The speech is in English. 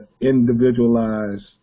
individualized